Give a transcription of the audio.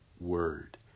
word